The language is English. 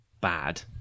bad